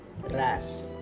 RAS